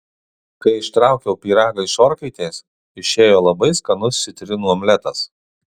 kai ištraukiau pyragą iš orkaitės išėjo labai skanus citrinų omletas